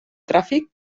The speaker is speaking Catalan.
tràfic